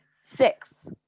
six